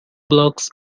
blocks